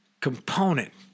component